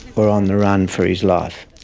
or on the run for his life.